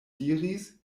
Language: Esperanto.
diris